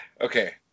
Okay